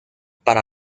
para